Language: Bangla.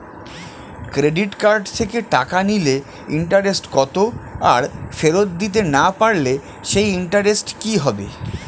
ক্রেডিট কার্ড থেকে টাকা নিলে ইন্টারেস্ট কত আর ফেরত দিতে না পারলে সেই ইন্টারেস্ট কি হবে?